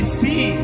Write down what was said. see